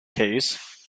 keys